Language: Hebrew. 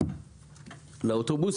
בעוני